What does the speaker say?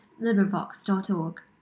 LibriVox.org